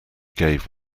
gave